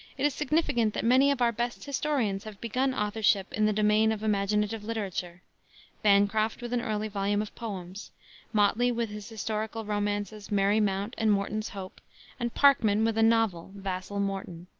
it is significant that many of our best historians have begun authorship in the domain of imaginative literature bancroft with an early volume of poems motley with his historical romances merry mount and morton's hope and parkman with a novel, vassall morton.